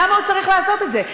למה הוא צריך לעשות את זה?